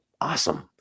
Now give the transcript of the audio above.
awesome